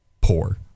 poor